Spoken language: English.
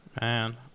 Man